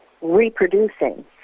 reproducing